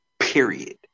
period